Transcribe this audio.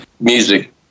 music